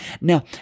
Now